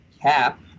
Cap